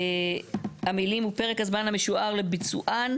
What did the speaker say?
המילים "ופרק הזמן המשוער לביצוען",